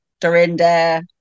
Dorinda